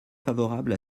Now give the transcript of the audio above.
favorable